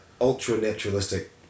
ultra-naturalistic